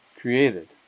created